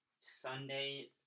Sunday